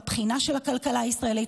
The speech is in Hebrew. בבחינה של הכלכלה הישראלית.